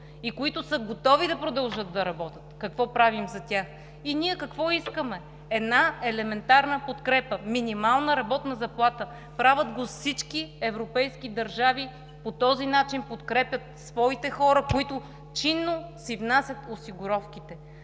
и които са готови да продължат да работят, какво правим за тях? И ние какво искаме – една елементарна подкрепа, минимална работна заплата. Правят го всички европейски държави, по този начин подкрепят своите хора, които чинно си внасят осигуровките.